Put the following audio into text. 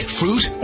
fruit